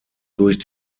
durch